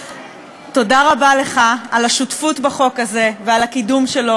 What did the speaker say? תודה רבה לך על השותפות בחוק הזה ועל הקידום שלו